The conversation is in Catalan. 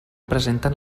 presenten